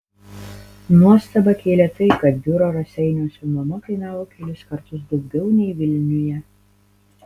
nuostabą kėlė tai kad biuro raseiniuose nuoma kainavo kelis kartus daugiau nei vilniuje